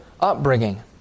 upbringing